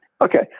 Okay